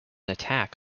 attack